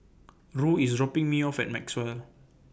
Roe IS dropping Me off At Maxwell